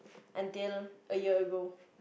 Until a year ago